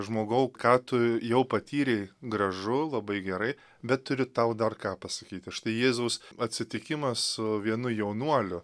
žmogau ką tu jau patyrei gražu labai gerai bet turiu tau dar ką pasakyti štai jėzaus atsitikimas su vienu jaunuoliu